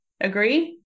Agree